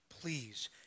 please